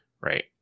Right